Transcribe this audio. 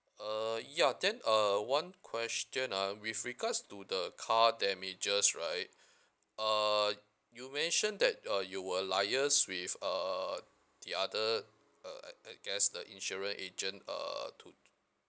uh ya then uh one question ah with regards to the car damages right uh you mention that uh you will liaise with uh the other uh uh I guess the insurance agent uh to